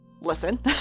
listen